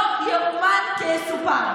אבל זה, לא יאומן כי יסופר.